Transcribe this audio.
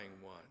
one